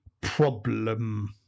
problem